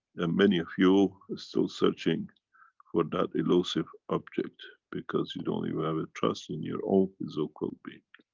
and many of you still searching for that elusive object, because you don't even have a trust in your own physical being.